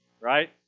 Right